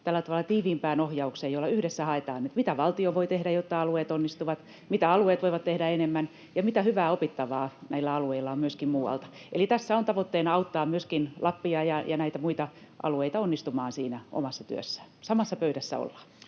tiiviimpään ohjaukseen, jolla yhdessä haetaan, mitä valtio voi tehdä, jotta alueet onnistuvat, mitä alueet voivat tehdä enemmän ja mitä hyvää opittavaa näillä alueilla on myöskin muualta. [Antti Kurvisen välihuuto] Eli tässä on tavoitteena auttaa myöskin Lappia ja näitä muita alueita onnistumaan siinä omassa työssään. Samassa pöydässä ollaan.